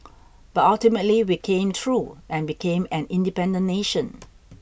but ultimately we came through and became an independent nation